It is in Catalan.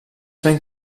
ben